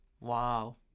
Wow